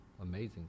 amazing